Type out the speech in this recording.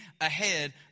ahead